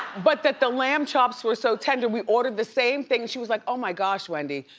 but that the lamb chops were so tender, we ordered the same thing, she was like, oh my gosh wendy,